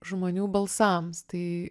žmonių balsams tai